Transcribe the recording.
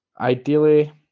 ideally